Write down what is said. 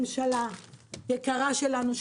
ממשלה יקרה שלנו,